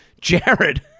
Jared